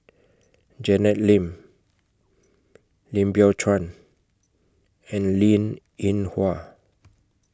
Janet Lim Lim Biow Chuan and Linn in Hua